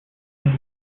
and